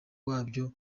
wabyo